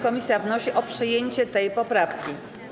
Komisja wnosi o przyjęcie tej poprawki.